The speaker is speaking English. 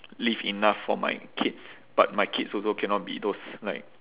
leave enough for my kids but my kids also cannot be those like